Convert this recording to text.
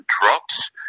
drops